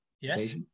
Yes